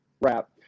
wrap